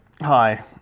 Hi